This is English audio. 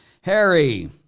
Harry